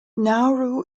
nauru